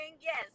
yes